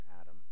Adam